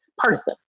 partisan